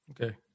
Okay